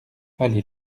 allée